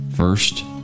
First